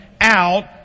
out